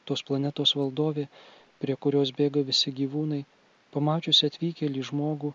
tos planetos valdovė prie kurios bėga visi gyvūnai pamačiusi atvykėlį žmogų